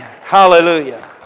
Hallelujah